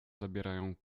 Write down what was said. zabierają